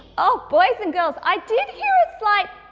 oh, boys and girls i did hear a slight